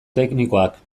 teknikoak